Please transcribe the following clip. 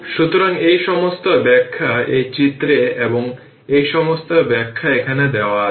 সুতরাং এখন এই সব ক্যাপাসিটার সম্পর্কে